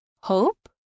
Hope